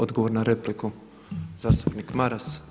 Odgovor na repliku zastupnik Maras.